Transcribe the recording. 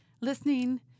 listening